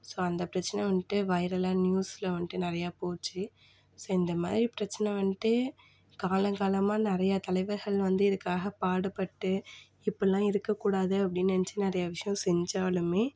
so அந்த பிரச்சனை வந்துட்டு வைரலாக நியூஸில் வந்துட்டு நிறையா போச்சு ஸோ இந்த மாதிரி பிரச்சனை வந்துட்டு காலம் காலமாக நிறையா தலைவர்கள் வந்து இதுக்காக பாடுபட்டு இப்படிலாம் இருக்க கூடாது அப்படின்னு நினைச்சி நிறையா விஷயம் செஞ்சாலுமே